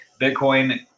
Bitcoin